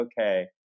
okay